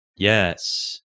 Yes